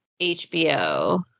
HBO